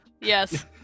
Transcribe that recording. Yes